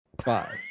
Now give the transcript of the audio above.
five